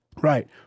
right